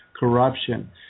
corruption